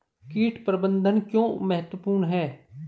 कीट प्रबंधन क्यों महत्वपूर्ण है?